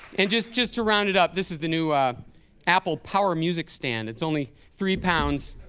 and just just to round it up this is the new apple power music stand. it's only three pounds,